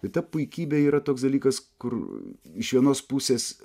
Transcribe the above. tai ta puikybė yra toks dalykas kur iš vienos pusės